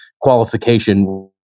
qualification